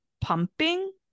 pumping